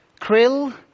Krill